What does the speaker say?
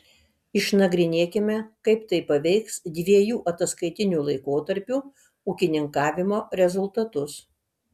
išnagrinėkime kaip tai paveiks dviejų ataskaitinių laikotarpių ūkininkavimo rezultatus